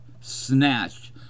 snatched